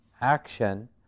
action